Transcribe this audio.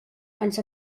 ens